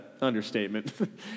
understatement